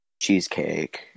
cheesecake